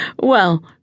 Well